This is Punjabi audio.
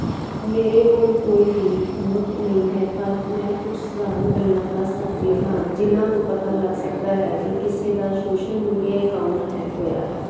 ਮੇਰੇ ਕੋਲ ਕੋਈ ਵੀ ਅਨੁਭਵ ਨਹੀਂ ਹੈ ਪਰ ਮੈਂ ਕੁਝ ਸਧਾਰਨ ਗੱਲਾਂ ਦੱਸ ਸਕਦੀ ਹਾਂ ਜਿਨਾਂ ਤੋਂ ਪਤਾ ਲੱਗ ਸਕਦਾ ਹੈ ਕਿ ਕਿਸੇ ਦਾ ਸੋਸ਼ਲ ਮੀਡੀਆ ਅਕਾਊਂਟ ਹੈਂਗ ਹੋਇਆ ਹੈ